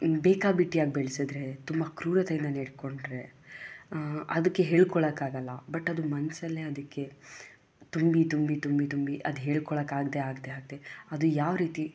ಬೇಕಾಬಿಟ್ಟಿಯಾಗಿ ಬೆಳೆಸಿದ್ರೆ ತುಂಬ ಕ್ರೂರತೆಯಿಂದ ನಡ್ಕೊಂಡ್ರೆ ಅದಕ್ಕೆ ಹೇಳ್ಕೊಳ್ಳೋಕ್ಕಾಗಲ್ಲ ಬಟ್ ಅದು ಮನಸಲ್ಲೇ ಅದಕ್ಕೆ ತುಂಬಿ ತುಂಬಿ ತುಂಬಿ ಅದು ಹೇಳ್ಕೊಳ್ಳೋಕೆ ಆಗದೇ ಆಗದೇ ಆಗದೇ ಅದು ಯಾವ ರೀತಿ